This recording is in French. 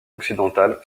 occidentale